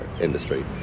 industry